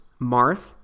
Marth